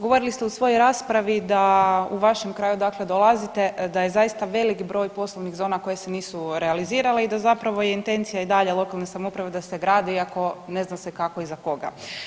Govorili ste u svojoj raspravi da u vašem kraju odakle dolazite da je zaista velik broj poslovnih zona koje se nisu realizirale i da zapravo je intencija i dalje lokalne samouprave da se gradi i ako ne zna se kako i za koga.